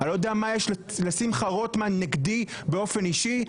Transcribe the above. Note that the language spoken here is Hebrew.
אני לא יודע מה יש לשמחה רוטמן נגדי באופן אישי,